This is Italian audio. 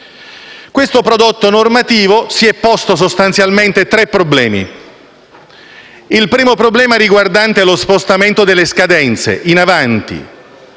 Questo prodotto normativo si è posto sostanzialmente tre problemi. Il primo problema riguarda lo spostamento delle scadenze in avanti,